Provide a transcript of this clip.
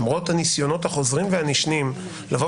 למרות הניסיונות החוזרים והנשנים לבוא